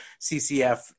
CCF